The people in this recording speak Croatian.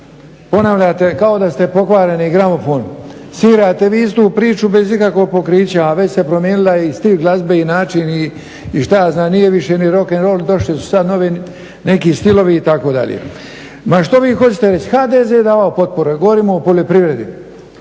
ponavljate kao da ste pokvareni gramofon, svirate vi istu priču bez ikakvog pokrića a već se promijenila i stih glazbe i način i šta ja znam, nije više ni rock'n'roll, došli su sad novi neki stilovi itd. Ma što vi hoćete reći, HDZ davao potpore, govorimo o poljoprivredi,